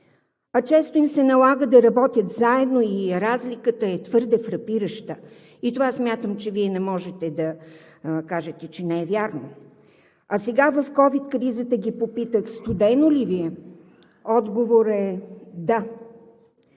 А често им се налага да работят заедно и разликата е твърде фрапираща. Смятам, че Вие не можете да кажете, че това не е вярно. Сега в ковид кризата ги попитах: студено ли Ви е? Отговорът е: да!